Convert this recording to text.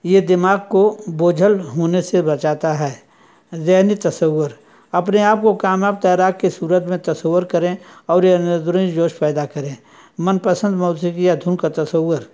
یہ دماغ کو بوجھل ہونے سے بچاتا ہے ذہنی تصور اپنے آپ کو کامیاب تیراک کے صورت میں تصور کریں اور یہ نظریں جوش پیدا کریں من پسند موسیقی یا دھن کا تصور